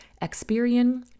Experian